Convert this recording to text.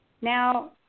now